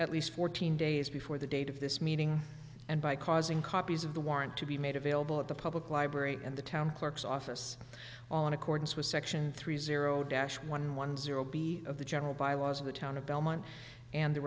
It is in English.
at least fourteen days before the date of this meeting and by causing copies of the warrant to be made available at the public library in the town clerk's office all in accordance with section three zero dash one one zero b of the general bylaws of the town of belmont and the